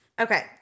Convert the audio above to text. Okay